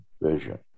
vision